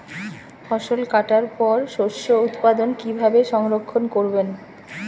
ফসল কাটার পর শস্য উৎপাদন কিভাবে সংরক্ষণ করবেন?